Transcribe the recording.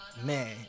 Man